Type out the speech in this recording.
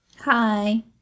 Hi